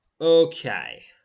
Okay